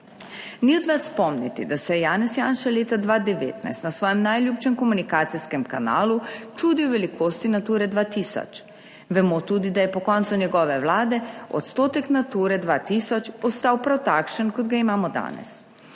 Ni odveč spomniti, da se je Janez Janša leta 2019 na svojem najljubšem komunikacijskem kanalu čudi v velikosti Nature 2000. Vemo tudi, da je po koncu njegove Vlade odstotek Nature 2000 postal prav takšen kot ga imamo danes.